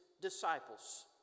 disciples